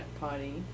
party